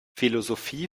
philosophie